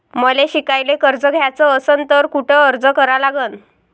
मले शिकायले कर्ज घ्याच असन तर कुठ अर्ज करा लागन?